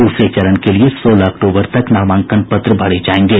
दूसरे चरण के लिए सोलह अक्टूबर तक नामांकन पत्र भरे जायेंगे